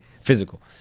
physical